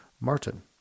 Martin